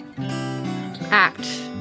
Act